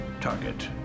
Target